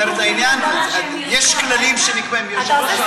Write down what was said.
זאת אומרת, יש כללים שנקבעים, משבוע שעבר,